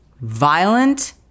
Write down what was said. violent